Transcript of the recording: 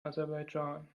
aserbaidschan